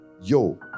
Yo